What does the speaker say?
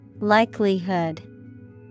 Likelihood